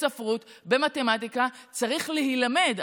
בספרות, במתמטיקה, צריך להילמד.